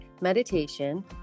Meditation